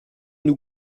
nous